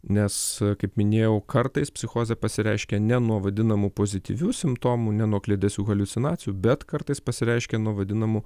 nes kaip minėjau kartais psichozė pasireiškia ne nuo vadinamų pozityvių simptomų ne nuo kliedesių haliucinacijų bet kartais pasireiškia nuo vadinamų